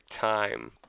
time